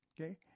Okay